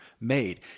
made